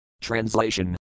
Translation